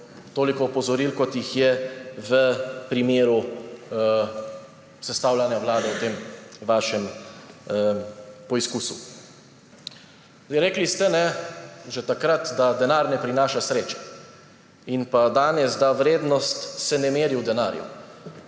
toliko opozoril, kot jih je v primeru sestavljanja vlade v tem vašem poizkusu. Rekli ste že takrat, da denar ne prinaša sreče, in pa danes, da vrednost se ne meri v denarju.